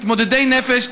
מתמודדי נפש.